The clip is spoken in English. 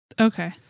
Okay